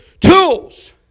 tools